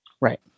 Right